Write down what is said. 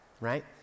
right